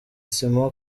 simon